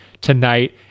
tonight